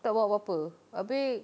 tak buat apa-apa habis